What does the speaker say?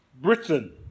Britain